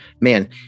man